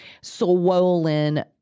swollen